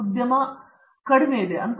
professor R